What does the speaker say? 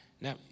Now